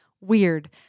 Weird